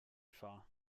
far